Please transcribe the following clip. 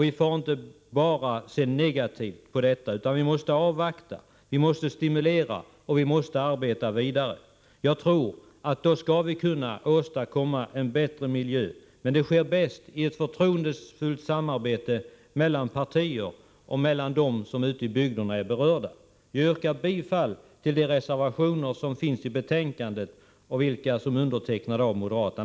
Vi får inte bara se negativt på detta, utan måste avvakta, stimulera och arbeta vidare. Då skall vi kunna åstadkomma en bättre miljö, men det sker bäst i ett förtroendefullt samarbete mellan partier och mellan dem som är berörda ute i bygderna. Jag yrkar bifall till de reservationer i betänkandet som är undertecknade av moderater.